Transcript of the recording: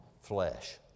flesh